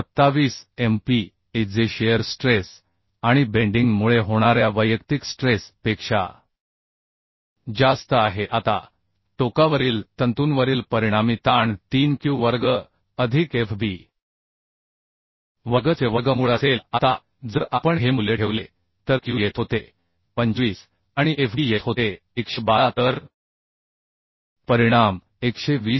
27MPa जे shear stress आणि bending मुळे होणाऱ्या वैयक्तिक स्ट्रेस पेक्षा जास्त आहे आता टोकावरील तंतूंवरील परिणामी ताण 3 q वर्ग अधिक Fb वर्ग चे वर्गमूळ असेल आता जर आपण हे मूल्य ठेवले तर q येत होते 25 आणि FB येत होते 112 परिणाम 120